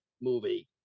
movie